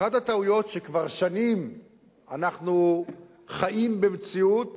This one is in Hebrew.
אחת הטעויות, שכבר שנים אנחנו חיים במציאות